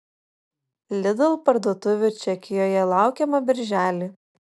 lidl parduotuvių čekijoje laukiama birželį